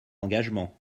engagement